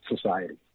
society